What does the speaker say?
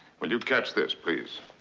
will you catch this, please?